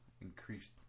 increased